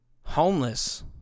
homeless